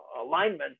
alignment